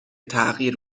تغییر